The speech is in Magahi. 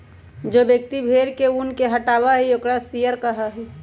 जो व्यक्ति भेड़ के ऊन के हटावा हई ओकरा शियरर कहा हई